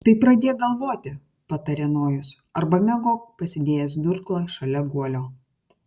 tai pradėk galvoti patarė nojus arba miegok pasidėjęs durklą šalia guolio